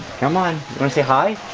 come on, wanna say hi?